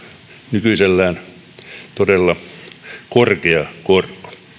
nykyisellään todella korkea korko